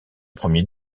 premiers